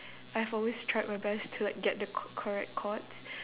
I've always tried my best to like get the c~ correct chords